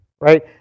right